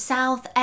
South